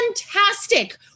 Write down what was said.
fantastic